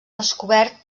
descobert